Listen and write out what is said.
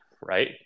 right